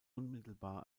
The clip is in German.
unmittelbar